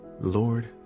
Lord